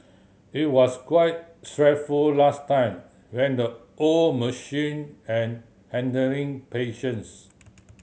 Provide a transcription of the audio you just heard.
it was quite stressful last time when the old machine and handling patients